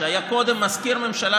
שהיה קודם מזכיר ממשלה,